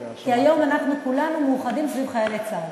כי היום כולנו מאוחדים סביב חיילי צה"ל.